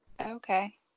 Okay